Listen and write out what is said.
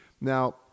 Now